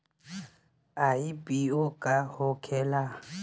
IPO का होखेला?